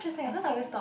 I think